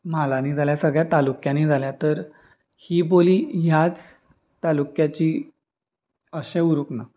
म्हालांनी जाल्यार सगळ्या तालुक्यांनी जाल्या तर ही बोली ह्याच तालुक्याची अशें उरूंक ना